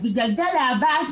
בגלל זה להבא,